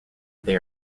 they